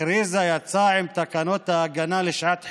הכריזה, יצאה עם תקנות ההגנה לשעת חירום.